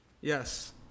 Yes